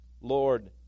Lord